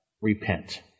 Repent